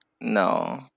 No